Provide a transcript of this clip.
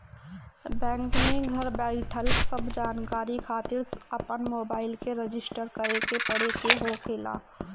bank में घर बईठल सब जानकारी खातिर अपन मोबाईल के रजिस्टर करे के पड़े के होखेला